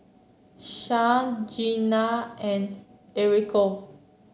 Sharyl Gina and Enrico